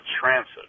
transit